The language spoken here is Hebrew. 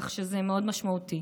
כך שזה מאוד משמעותי.